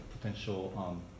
potential